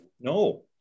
No